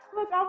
Look